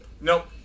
nope